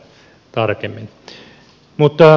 arvoisa puhemies